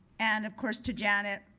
and, of course, to janet,